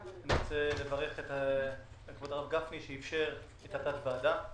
אני רוצה לברך את כבוד השר גפני שאישר הקמת ועדה.